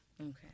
Okay